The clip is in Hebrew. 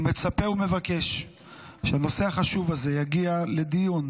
אני מצפה ומבקש שהנושא החשוב הזה יגיע לדיון